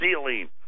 ceiling